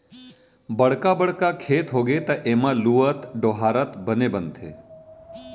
बड़का बड़का खेत होगे त एमा लुवत, डोहारत बने बनथे